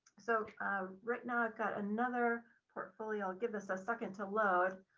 so right now i've got another portfolio. i'll give us a second to load.